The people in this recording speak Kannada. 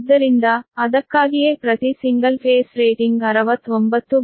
ಆದ್ದರಿಂದ ಅದಕ್ಕಾಗಿಯೇ ಪ್ರತಿ ಸಿಂಗಲ್ ಫೇಸ್ ರೇಟಿಂಗ್ 69 6